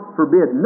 forbid